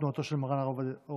תנועתו של מרן הרב